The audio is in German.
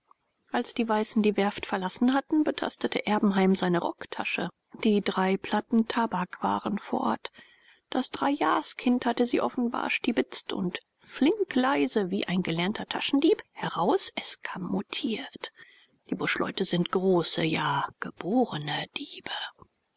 als die weißen die werft verlassen hatten betastete erbenheim seine rocktasche die drei platten tabak waren fort das dreijahrskind hatte sie offenbar stiebitzt und flinkleise wie ein gelernter taschendieb herauseskamotiert die buschleute sind große ja geborene diebe